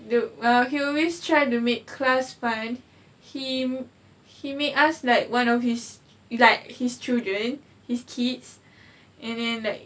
the uh he always tried to make class fun him he make us like one of his like his children his kids and then like